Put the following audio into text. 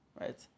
right